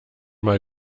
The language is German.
mal